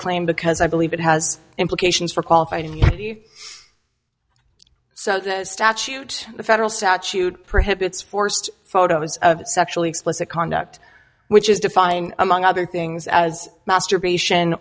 claim because i believe it has implications for qualified immunity so the statute the federal statute prohibits forced photos of sexually explicit conduct which is defined among other things as masturbation